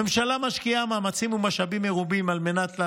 הממשלה משקיעה מאמצים ומשאבים מרובים על מנת,